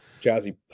jazzy